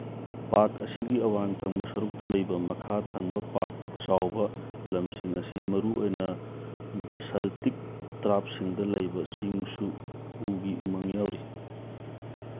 park ꯑꯁꯤꯒꯤ ꯑꯋꯥꯡ ꯊꯪꯕ ꯁꯔꯨꯛꯇ ꯂꯩꯕ ꯃꯈꯥ ꯊꯪꯕ ꯄꯥꯛ ꯆꯥꯎꯕ ꯂꯝꯁꯤꯡ ꯑꯁꯤ ꯃꯔꯨꯑꯣꯏꯅ ꯕꯁꯜꯇꯤꯛ ꯇ꯭ꯔꯥꯞꯁꯤꯡꯗ ꯂꯩꯕ ꯆꯤꯡꯁꯨ ꯎꯒꯤ ꯎꯃꯪ ꯌꯥꯎꯔꯤ